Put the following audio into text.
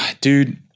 dude